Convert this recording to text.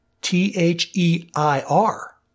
T-H-E-I-R